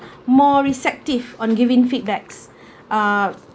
more receptive on giving feedbacks uh